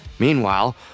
Meanwhile